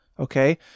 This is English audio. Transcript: Okay